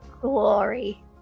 Glory